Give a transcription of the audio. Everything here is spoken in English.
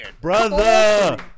Brother